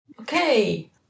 Okay